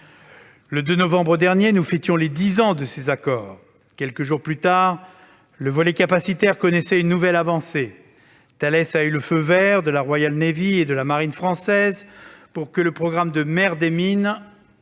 Le 2 novembre dernier, nous fêtions les dix ans de ces accords. Quelques jours plus tard, le volet capacitaire connaissait une nouvelle avancée, Thales ayant eu le feu vert de la et de la Marine française pour que le programme de guerre des mines